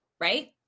right